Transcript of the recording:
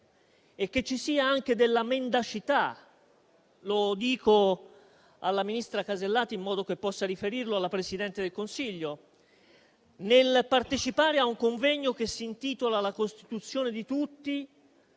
dell'ipocrisia e anche della mendacità - lo dico alla ministra Casellati in modo che possa riferirlo alla Presidente del Consiglio - nel partecipare a un convegno che si intitola «La Costituzione di tutti»,